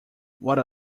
what